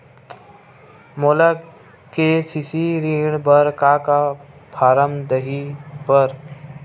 मोला के.सी.सी ऋण बर का का फारम दही बर?